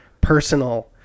personal